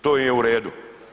To im je u redu.